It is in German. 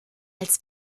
als